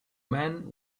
men